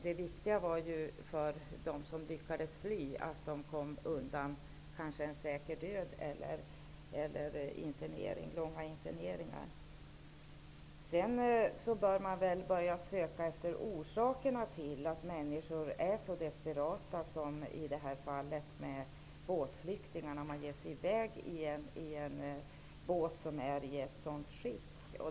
Det viktiga för dem som lyckades fly var att de kom undan en säker död eller en lång internering. Man borde börja söka efter orsakerna till att människor är så desparata som båtflyktingarna i det här fallet som ger sig i väg i en båt som är i så dåligt skick.